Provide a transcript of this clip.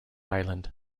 island